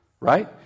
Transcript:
Right